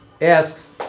asks